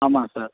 ஆமாம் சார்